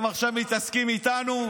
הם עכשיו מתעסקים איתנו,